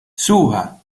suba